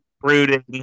brooding